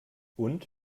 und